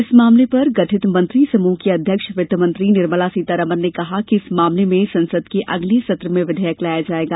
इस मामले पर गठित मंत्री समूह की अध्यक्ष वित्तमंत्री निर्मला सीतारमन ने कहा कि इस मामले में संसद के अगले सत्र में विधेयक लाया जाएगा